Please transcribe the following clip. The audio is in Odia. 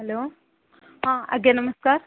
ହ୍ୟାଲୋ ହଁ ଆଜ୍ଞା ନମସ୍କାର